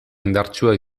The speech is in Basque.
indartsua